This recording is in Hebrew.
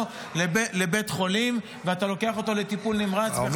לבית חולים ואתה לוקח אותו לטיפול נמרץ וכו'.